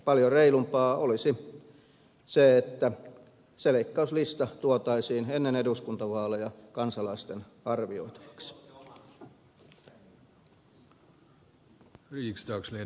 paljon reilumpaa olisi se että se leikkauslista tuotaisiin ennen eduskuntavaaleja kansalaisten arvioitavaksi